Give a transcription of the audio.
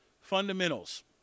fundamentals